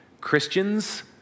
Christians